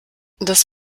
das